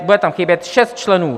Bude tam chybět šest členů.